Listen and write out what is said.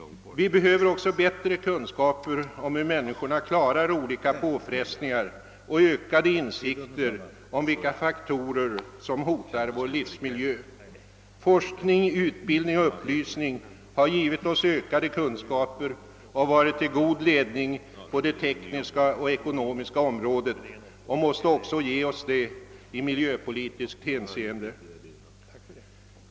Vi behöver också bättre kunskaper om hur människorna klarar olika påfrestningar och ökade insikter om vilka faktorer som hotar vår livsmiljö. Forskning, utbildning och upplysning har givit oss ökade kunskaper och har varit till god ledning på det tekniska och ekonomiska området och måste också ge oss ledning i miljöpolitiskt hänseende.